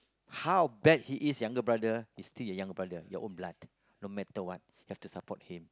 how bad he is younger brother he's still your younger brother your own blood no matter what you've to support him